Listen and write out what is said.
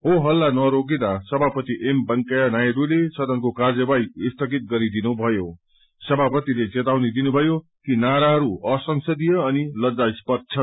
हो हल्ला नरोकिंदा सभापति एम वेक या नायडूले सदनको कार्यवाही स्थगित गरिदुदनुभ्जयो सभपतिले चेतावनी दिनुभ्ज्यो कि नाराहरू असंसदीय अनि लज्जास्पद छन्